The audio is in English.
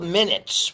minutes